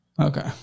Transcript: Okay